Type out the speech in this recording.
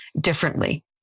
differently